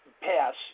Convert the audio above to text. pass